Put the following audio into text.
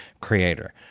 creator